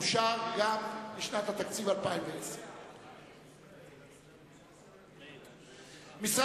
אושר גם לשנת התקציב 2010. סעיף תקציבי 29,